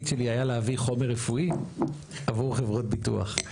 שלי היה להביא חומר רפואי עבור חברות ביטוח.